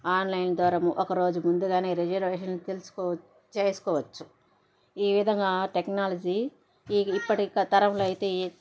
online ద్వారా ఒక రోజు ముందుగానే రిజర్వేషన్ తెలుసుకో చేస్కోవచ్చు ఈ విధంగా టెక్నాలజీ ఇప్పటికి తరంలో అయితే